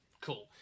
cool